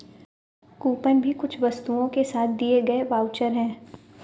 coupon भी कुछ वस्तुओं के साथ दिए गए वाउचर है